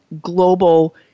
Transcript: global